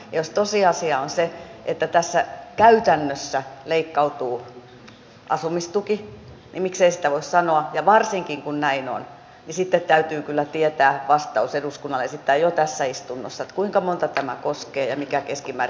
ja jos tosiasia on se että tässä käytännössä leikkautuu asumistuki niin miksei sitä voi sanoa ja varsinkin kun näin on niin sitten täytyy kyllä tietää vastaus eduskunnalle esittää jo tässä istunnossa kuinka monta tämä koskee ja mitä se on keskimäärin